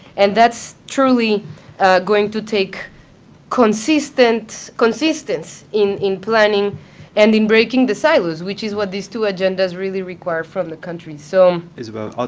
and that's truly going to take consistence consistence in in planning and in breaking the silos, which is what these two agendas really require from the countries. so isabel, ah